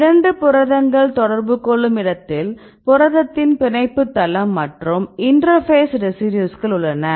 2 புரதங்கள் தொடர்பு கொள்ளும் இடத்தில் புரதத்தின் பிணைப்பு தளம் மற்றும் இன்டெர்பேஸ் ரெசிடியூஸ்கள் உள்ளன